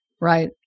Right